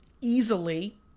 easily